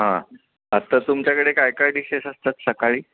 हां आता तुमच्याकडे काय काय डिशेस असतात सकाळी